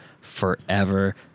forever